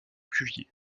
cuvier